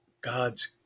God's